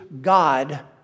God